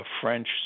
French